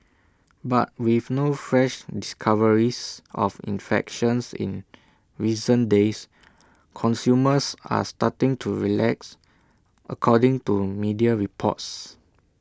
but with no fresh discoveries of infections in recent days consumers are starting to relax according to media reports